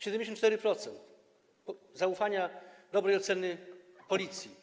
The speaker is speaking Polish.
74% zaufania, dobrej oceny Policji.